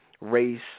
race